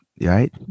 Right